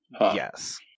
Yes